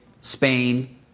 Spain